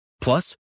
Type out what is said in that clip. Plus